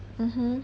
mmhmm